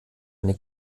eine